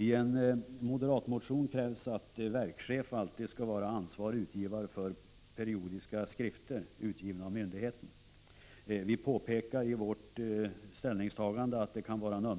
I en moderatmotion krävs att chefen på en myndighet alltid skall vara ansvarig utgivare för periodiska skrifter, utgivna av myndigheten. Vi påpekar att frågan